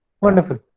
Wonderful